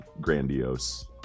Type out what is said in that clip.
grandiose